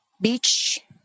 Beach